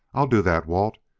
i'll do that, walt.